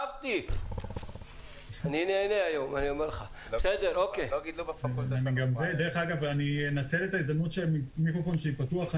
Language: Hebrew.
אני אנצל את ההזדמנות שהמיקרופון של פתוח.